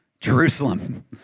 Jerusalem